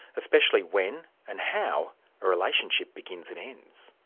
especially when and how a relationship begins and ends.